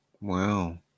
Wow